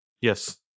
yes